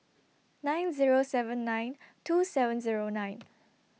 nine Zero seven nine two seven Zero nine